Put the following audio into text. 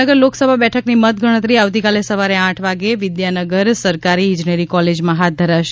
ભાવનગર લોકસભા બેઠકની મતગણતરી આવતીકાલે સવારે આઠ વાગે વિદ્યાનગર સરકારી ઇજનેરી કોલેજમાં હાથ ધરાશે